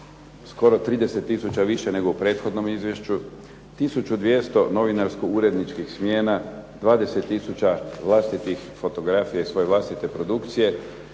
skoro 30 tisuća više nego u prethodnom izvješću, tisuću 200 novinarsko uredničkih smjena, 20 tisuća vlastitih fotografija iz svoje vlastite produkcije,